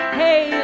hey